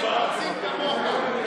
תודה.